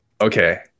okay